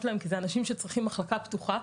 להם כי אלה אנשים שצריכים מחלקה פתוחה.